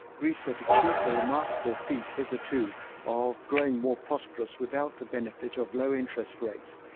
greece had achieved the remarkable feat, hitherto, of growing more prosperous without the benefit of low interest rates.